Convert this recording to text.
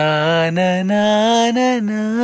Na-na-na-na-na